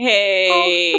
Hey